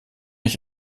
ich